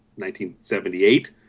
1978